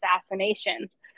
assassinations